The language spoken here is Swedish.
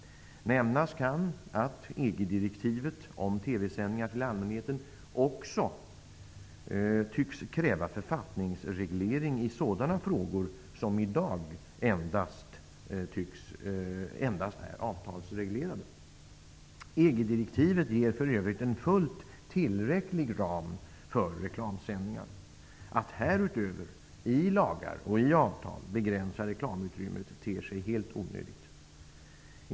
Nämnas kan att EG-direktivet om TV-sändningar till allmänheten också tycks kräva författningsreglering i sådana frågor som i dag endast är avtalsreglerade. EG-direktivet ger för övrigt en fullt tillräcklig ram för reklamsändningar. Att härutöver i lagar och avtal begränsa reklamutrymmet ter sig helt onödigt. Herr talman!